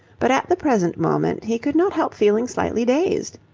but at the present moment he could not help feeling slightly dazed.